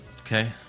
Okay